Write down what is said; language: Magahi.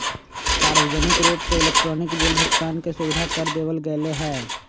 सार्वजनिक रूप से इलेक्ट्रॉनिक बिल भुगतान के सुविधा कर देवल गैले है